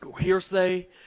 hearsay